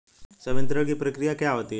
संवितरण की प्रक्रिया क्या होती है?